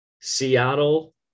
Seattle